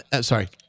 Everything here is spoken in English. Sorry